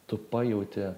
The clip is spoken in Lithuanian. tu pajauti